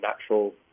natural